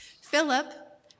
Philip